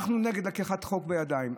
אנחנו נגד לקיחת החוק בידיים,